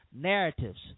narratives